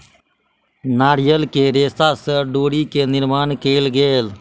नारियल के रेशा से डोरी के निर्माण कयल गेल